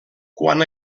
quan